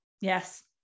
yes